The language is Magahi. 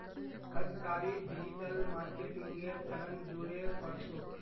अजकालित डिजिटल मार्केटिंगेर चलन ज़ोरेर पर छोक